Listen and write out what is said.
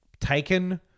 taken